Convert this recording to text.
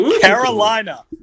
Carolina